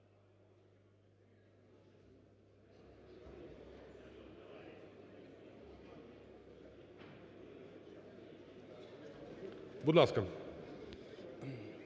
Будь ласка.